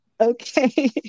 Okay